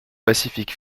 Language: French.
pacific